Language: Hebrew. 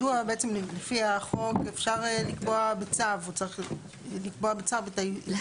בעצם לפי החוק אפשר לקבוע בצו או צריך לקבוע בצו את העדכון